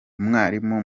umwarimu